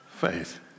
faith